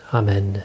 amen